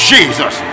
Jesus